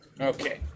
Okay